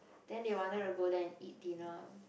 then they wanted to go there and eat dinner